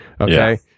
Okay